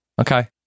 Okay